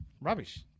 rubbish